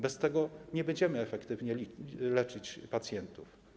Bez tego nie będziemy efektywnie leczyć pacjentów.